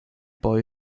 boy